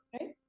right